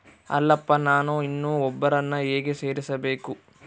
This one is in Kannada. ಅಲ್ಲಪ್ಪ ನಾನು ಇನ್ನೂ ಒಬ್ಬರನ್ನ ಹೇಗೆ ಸೇರಿಸಬೇಕು?